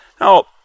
Now